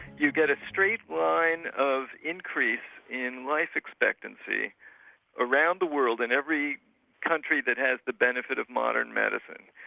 you get a straight line of increase in life expectancy around the world, in every country that has the benefit of modern medicine.